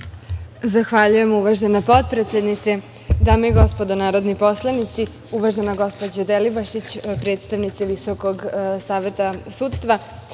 Zahvaljujem, uvažena potpredsednice. Dame i gospodo narodni poslanici, uvažena gospođo Delibašić, predstavnice Visokog saveta sudstva,